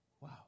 Wow